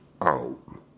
out